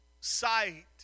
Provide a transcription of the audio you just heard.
sight